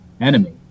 enemy